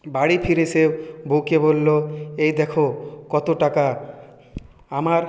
বাড়ি ফিরে সে বউকে বললো এই দেখো কতো টাকা আমার